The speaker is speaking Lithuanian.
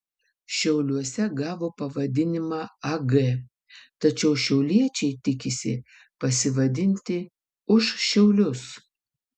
šiauliuose gavo pavadinimą ag tačiau šiauliečiai tikisi pasivadinti už šiaulius